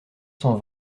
cent